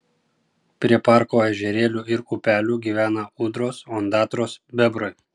prie parko ežerėlių ir upelių gyvena ūdros ondatros bebrai